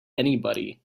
anybody